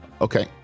Okay